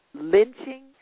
lynching